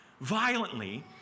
violently